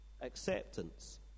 acceptance